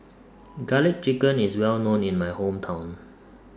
Garlic Chicken IS Well known in My Hometown